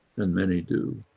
and many do,